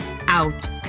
out